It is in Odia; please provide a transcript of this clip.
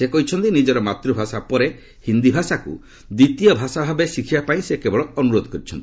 ସେ କହିଛନ୍ତି ନିଜର ମାତୂଭାଷା ପରେ ହିନ୍ଦୀ ଭାଷାକୁ ଦ୍ୱିତୀୟ ଭାଷା ଭାବେ ଶିଖିବା ପାଇଁ ସେ କେବଳ ଅନୁରୋଧ କରିଛନ୍ତି